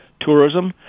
tourism